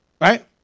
Right